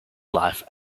life